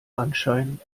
anschein